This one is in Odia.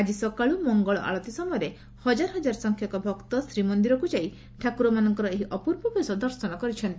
ଆଜି ସକାଳୁ ମଙ୍ଗଳ ଆଳତୀ ସମୟରେ ହଜାର ହଜାର ସଂଖ୍ୟକ ଭକ୍ତ ଶ୍ରୀମନ୍ଦିରକୁ ଯାଇ ଠାକୁରମାନଙ୍କର ଏହି ଅପୂର୍ବ ବେଶ ଦର୍ଶନ କରିଛନ୍ତି